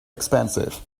expensive